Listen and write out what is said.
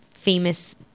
famous